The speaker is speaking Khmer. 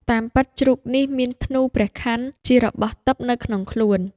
តាមពិតជ្រូកនេះ មានធ្នួព្រះខ័នជារបស់ទិព្វនៅ ក្នុងខ្លួន